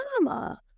mama